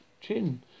chin